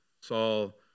Saul